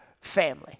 family